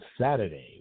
Saturday